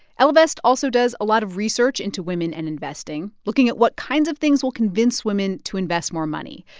ellevest also does a lot of research into women and investing, looking at what kinds of things will convince women to invest more money.